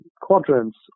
quadrants